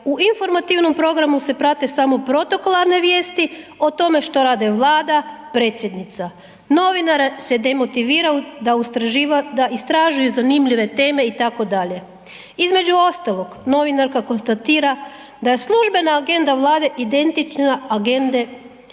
u informativnom programu se prate samo protokolarne vijesti o tome što rade Vlada, predsjednica, novinare se demotivira da istražuju zanimljive teme itd. Između ostalog novinarka konstatira da je službena agenda Vlade identična agende,